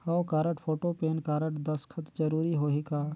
हव card, photo, PAN card, दस्खत जरूरी होही का?